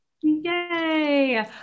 Yay